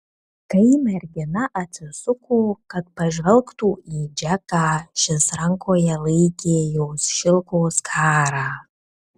kai mergina atsisuko kad pažvelgtų į džeką šis rankoje laikė jos šilko skarą